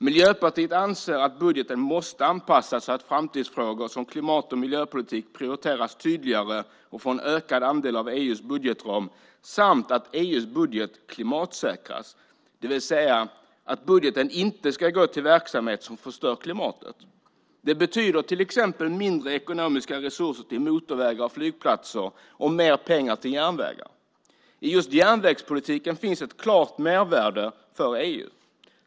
Miljöpartiet anser att budgeten måste anpassas så att framtidsfrågor som klimat och miljöpolitik prioriteras tydligare och får en ökad andel av EU:s budgetram samt att EU:s budget klimatsäkras. Det vill säga, budgeten ska inte gå till verksamhet som förstör klimatet. Detta innebär till exempel mindre ekonomiska resurser till motorvägar och flygplatser och mer pengar till järnvägar. I just järnvägspolitiken finns ett klart mervärde för EU.